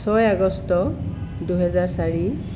ছয় আগষ্ট দুইহেজাৰ চাৰি